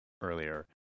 earlier